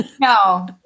No